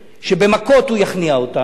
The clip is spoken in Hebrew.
שבמכות הוא יכניע אותנו,